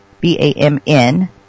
B-A-M-N